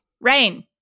Rain